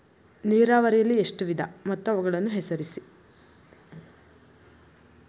ನೀರಾವರಿಯಲ್ಲಿ ಎಷ್ಟು ವಿಧ ಮತ್ತು ಅವುಗಳನ್ನು ಹೆಸರಿಸಿ?